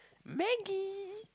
Maggi